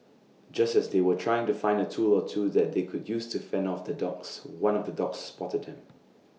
just as they were trying to find A tool or two that they could use to fend off the dogs one of the dogs spotted them